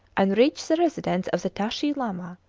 and reached the residence of the tashi lama,